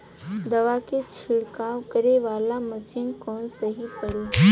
दवा के छिड़काव करे वाला मशीन कवन सही पड़ी?